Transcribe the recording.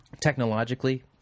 technologically